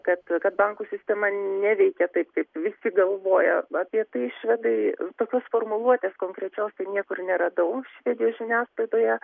kad kad bankų sistema neveikia taip kaip visi galvoja apie tai švedai tokios formuluotės konkrečios tai niekur neradau švedijos žiniasklaidoje